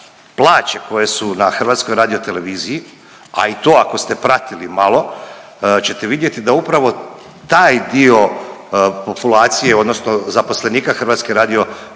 plaće koje su na HRT-u, a i to ako ste pratili malo ćete vidjeti da upravo taj dio populacije odnosno zaposlenika HRT-a je ostvario